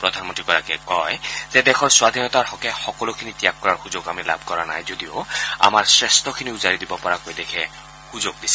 প্ৰধানমন্ৰীগৰাকীয়ে কয় যে দেশৰ স্বাধীনতাৰ হকে সকলোখিনি ত্যাগ কৰাৰ সুযোগ আমি লাভ কৰা নাই যদিও আমাৰ শ্ৰেষ্ঠখিনি উজাৰি দিব পৰাকৈ দেশে সুযোগ দিছে